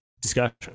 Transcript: discussion